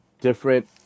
different